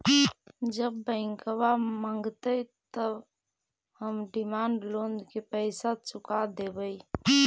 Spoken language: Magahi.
जब बैंक मगतई त हम डिमांड लोन के पैसा चुका देवई